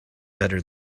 better